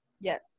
Yes